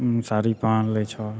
साड़ी पहन लै छौँ